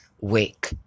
wake